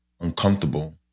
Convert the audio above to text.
uncomfortable